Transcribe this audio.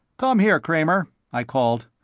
come here, kramer, i called.